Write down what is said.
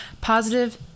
Positive